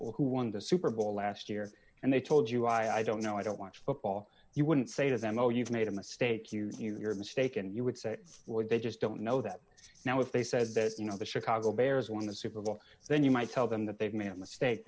them who won the super bowl last year and they told you i don't know i don't watch football you wouldn't say to them oh you've made a mistake you see that your mistake and you would say would they just don't know that now if they said that you know the chicago bears won the super bowl then you might tell them that they've ma